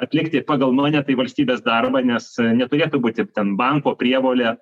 atlikti pagal nu mane tai valstybės darbą nes neturėtų būti ten banko prievolė